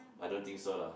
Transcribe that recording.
I don't think so lah